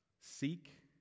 seek